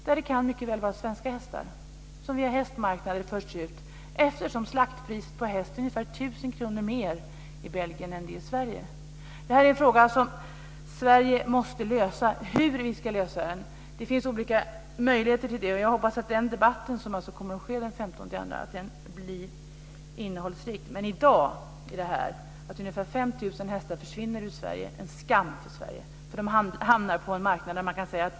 Det kan mycket väl vara svenska hästar som via slaktmarknader förts ut, eftersom slaktpriset på häst är ungefär 1 000 kr mer i Belgien än vad det är i Sverige. Det här är en fråga som Sverige måste lösa. Det finns olika möjligheter för hur vi ska lösa den. Jag hoppas att den debatt som kommer att ske den 15 februari blir innehållsrik. I dag försvinner ungefär 5 000 hästar ur Sverige. Det är en skam för Sverige. De hästarna hamnar på marknader.